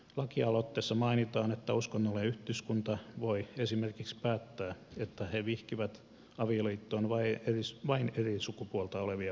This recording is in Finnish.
lakialoitteessa mainitaan että uskonnollinen yhdyskunta voi esimerkiksi päättää että he vihkivät avioliittoon vain eri sukupuolta olevia pareja